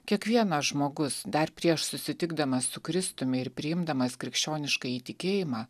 kiekvienas žmogus dar prieš susitikdamas su kristumi ir priimdamas krikščioniškąjį tikėjimą